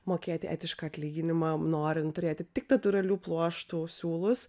mokėti etišką atlyginimą norint turėti tik natūralių pluoštų siūlus